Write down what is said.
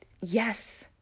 yes